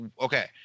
okay